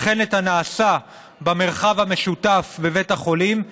וכן את הנעשה במרחב המשותף בבית החולים,